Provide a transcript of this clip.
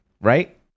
right